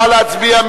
נא להצביע.